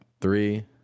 three